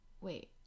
wait